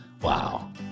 Wow